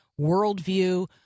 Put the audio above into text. worldview